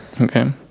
Okay